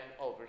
over